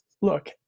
Look